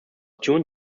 tuned